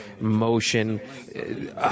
motion